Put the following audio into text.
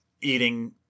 eating